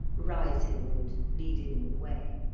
rising and leading the way.